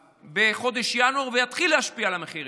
בחודש ינואר ויתחיל להשפיע על המחירים.